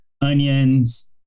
onions